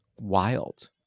wild